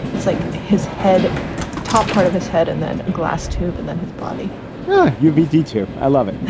it's like his head top part of his head and then a glass tube and then his body yeah you ready to. i love it.